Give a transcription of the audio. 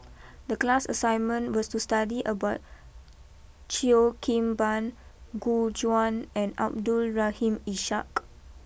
the class assignment was to study about Cheo Kim Ban Gu Juan and Abdul Rahim Ishak